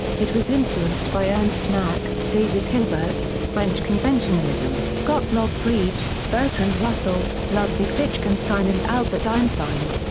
it was influenced by ernst mach, david hilbert, french conventionalism, gottlob frege, bertrand russell, ludwig wittgenstein and albert einstein.